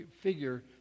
figure